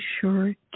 sure